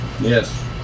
Yes